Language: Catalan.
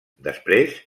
després